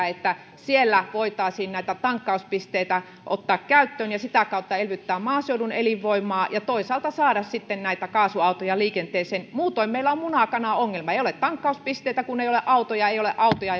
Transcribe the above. että siellä voitaisiin näitä tankkauspisteitä ottaa käyttöön ja sitä kautta elvyttää maaseudun elinvoimaa ja toisaalta saada sitten näitä kaasuautoja liikenteeseen muutoin meillä on muna kana ongelma ei ole tankkauspisteitä kun ei ole autoja ja ei ole autoja